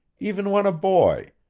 even when a boy,